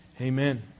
Amen